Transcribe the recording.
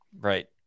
Right